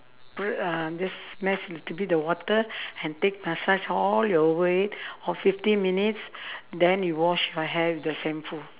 put uh just splash a little bit the water and take massage all the way for fifteen minutes then you wash your hair with the shampoo